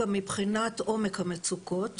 אלא גם מבחינת עומק המצוקות